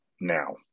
now